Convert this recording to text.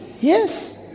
Yes